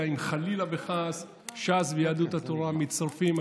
אם חלילה וחס ש"ס ויהדות התורה מצטרפים.